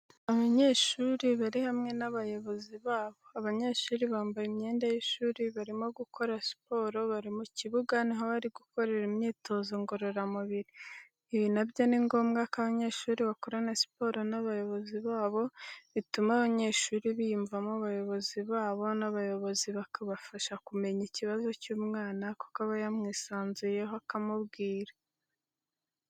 Abanyeshuri barihamwe n'abayobozi babo abanyeshuri bambaye imyenda yishuri barimo gukora siporo bari mukibuga niho barimo gukorera imyitozo ngorora mubiri. Ibi nabyo ningombwa ko abanyeshuri bakorana siporo nabayobozi babo bituma abanyeshuri biyumvamo abayobozi babo nabayobozi bikabafasha kumenye ikibazo cyumwana kuko abayanwisanzuyeho akamubwira.